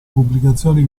pubblicazioni